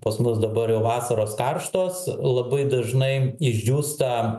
pas mus dabar jau vasaros karštos labai dažnai išdžiūsta